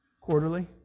Quarterly